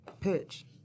pitch